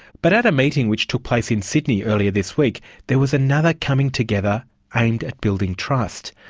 but at a meeting which took place in sydney earlier this week there was another coming together aimed at building trust,